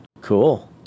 Cool